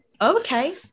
okay